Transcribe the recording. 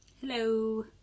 Hello